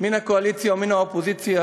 מן הקואליציה ומן האופוזיציה,